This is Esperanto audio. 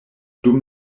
dum